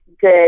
good